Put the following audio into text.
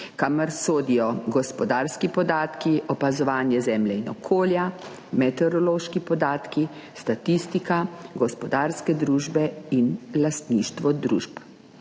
kamor sodijo gospodarski podatki, opazovanje zemlje in okolja, meteorološki podatki, statistika, gospodarske družbe in lastništvo družb